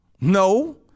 No